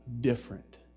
different